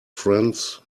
friends